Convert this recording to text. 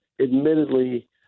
admittedly